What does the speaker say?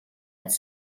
als